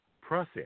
process